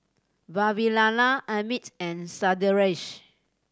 Vavilala Amit and Sundaresh